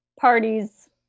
parties